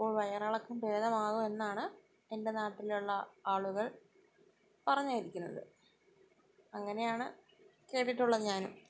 അപ്പോൾ വയറിളക്കം ഭേദമാകും എന്നാണ് എൻറ്റെ നാട്ടിൽ ഉള്ള ആളുകൾ പറഞ്ഞിരിക്കുന്നത് അങ്ങനെയാണ് കേട്ടിട്ടുള്ളത് ഞാനും